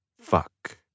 Fuck